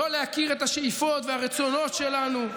לא להכיר את השאיפות והרצונות שלנו,